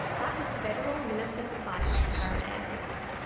that was federal minister for science karen andrews.